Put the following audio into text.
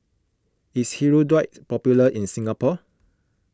is Hirudoid popular in Singapore